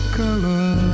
color